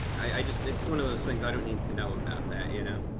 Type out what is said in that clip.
i just. it's one of those things. i don't need to know about that! you know?